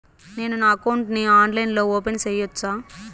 నేను నా అకౌంట్ ని ఆన్లైన్ లో ఓపెన్ సేయొచ్చా?